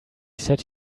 said